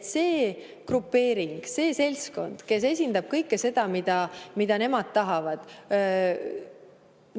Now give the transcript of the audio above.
selle grupeeringu, selle seltskonna, kes esindab kõike seda, mida nemad tahavad: